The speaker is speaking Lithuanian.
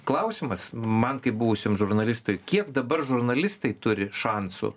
klausimas man kaip buvusiam žurnalistui kiek dabar žurnalistai turi šansų